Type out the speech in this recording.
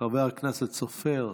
חבר כנסת סופר,